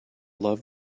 love